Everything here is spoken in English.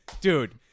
dude